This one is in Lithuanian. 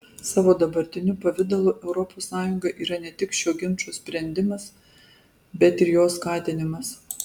savo dabartiniu pavidalu europos sąjunga yra ne tik šio ginčo sprendimas bet ir jo skatinimas